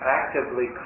actively